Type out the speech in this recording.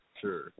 sure